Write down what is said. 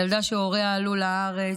ילדה שהוריה עלו לארץ,